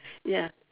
ya